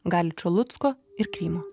galičo lucko ir krymo